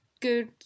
good